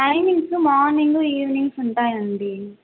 timings morning evenings ఉంటాయండి